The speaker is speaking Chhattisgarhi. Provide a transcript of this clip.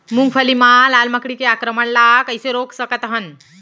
मूंगफली मा लाल मकड़ी के आक्रमण ला कइसे रोक सकत हन?